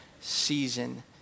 season